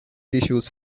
tissues